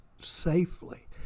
safely